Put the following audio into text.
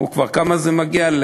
וכבר לכמה זה מגיע?